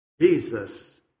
Jesus